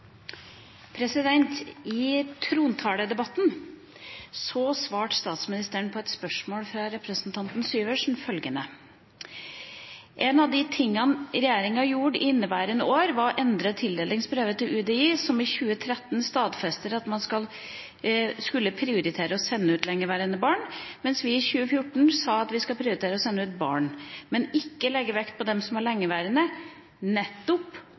representanten Syversen: «En av de tingene regjeringen gjorde for inneværende år, var å endre tildelingsbrevet til UDI, som i 2013 stadfestet at man skulle prioritere å sende ut lengeværende barn, mens vi i 2014 sa at man skal prioritere å sende ut barn, men ikke legge vekt på dem som var lengeværende, nettopp